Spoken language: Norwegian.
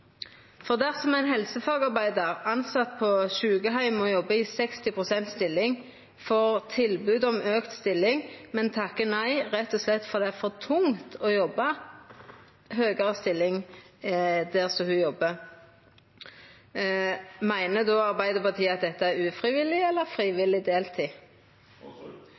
Dersom ein helsefagarbeidar som er tilsett på ein sjukeheim og jobbar i 60 pst. stilling, får tilbod om auka stilling, men takkar nei rett og slett fordi det er for tungt å jobba i høgare stillingsprosent der ho jobbar, meiner Arbeidarpartiet då at dette er ufrivillig eller frivillig deltid?